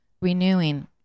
renewing